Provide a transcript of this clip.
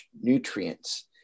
nutrients